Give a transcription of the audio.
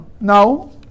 Now